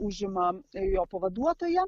užima jo pavaduotoja